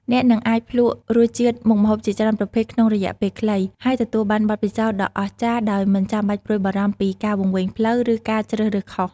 អ្នកនឹងអាចភ្លក្សរសជាតិមុខម្ហូបជាច្រើនប្រភេទក្នុងរយៈពេលខ្លី ហើយទទួលបានបទពិសោធន៍ដ៏អស្ចារ្យដោយមិនចាំបាច់ព្រួយបារម្ភពីការវង្វេងផ្លូវ ឬការជ្រើសរើសខុស។